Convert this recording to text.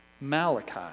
Malachi